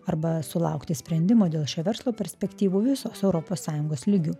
arba sulaukti sprendimo dėl šio verslo perspektyvų visos europos sąjungos lygiu